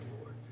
lord